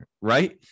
right